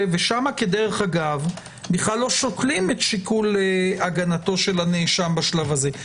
ושם כדרך אגב כלל לא שוקלים את שיקול הגנת הנאשם בשלב הזה.